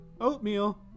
oatmeal